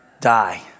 die